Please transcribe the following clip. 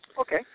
Okay